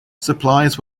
supplies